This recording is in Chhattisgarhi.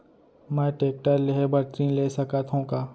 मैं टेकटर लेहे बर ऋण ले सकत हो का?